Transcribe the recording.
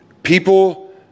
People